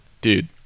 dude